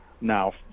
now